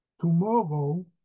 Tomorrow